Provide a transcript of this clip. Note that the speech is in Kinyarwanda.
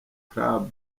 clubs